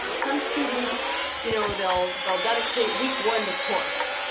some students you know, they'll they'll dedicate week one to torts.